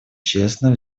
честно